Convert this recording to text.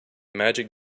magic